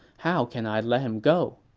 how can i let him go?